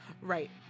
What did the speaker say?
Right